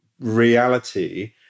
reality